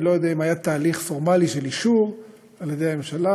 אני לא יודע אם היה תהליך פורמלי של אישור על ידי הממשלה,